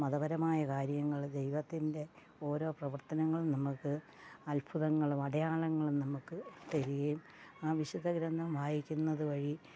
മതപരമായ കാര്യങ്ങൾ ദൈവത്തിൻ്റെ ഓരോ പ്രവർത്തനങ്ങളും നമുക്ക് അത്ഭുതങ്ങളും അടയാളങ്ങളും നമുക്ക് തരുകയും ആ വിശുദ്ധ ഗ്രന്ഥം വായിക്കുന്നതു വഴി